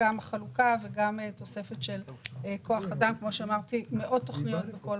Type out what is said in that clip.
זהו בסך הכול.